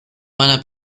meiner